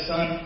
Son